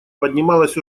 поднималась